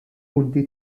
punti